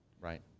Right